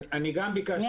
אני גם ביקשתי, היושב-ראש.